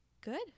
Good